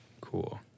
Cool